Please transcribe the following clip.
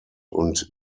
und